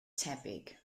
tebyg